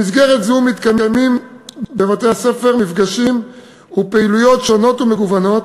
במסגרת זו מתקיימים בבתי-הספר מפגשים ופעילויות שונות ומגוונות